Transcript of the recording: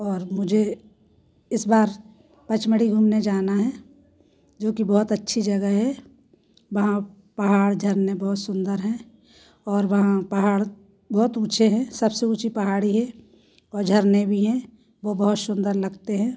और मुझे इस बार पचमढ़ी घूमने जाना है जो की बहुत अच्छी जगह है वहाँ पहाड़ झरने बहुत सुंदर है और वहाँ पहाड़ बहोत ऊँचे हैं सबसे ऊंची पहाड़ी है और झरने भी है वो बहुत सुंदर लगते हैं